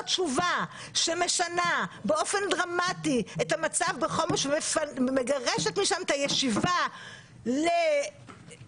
תשובה שמשנה באופן דרמטי את המצב בחומש ומגרשת משם את הישיבה לתמיד,